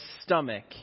stomach